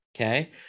okay